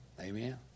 Amen